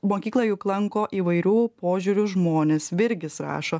mokyklą juk lanko įvairių požiūrių žmonės virgis rašo